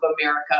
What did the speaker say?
America